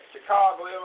Chicago